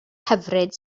hyfryd